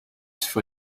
for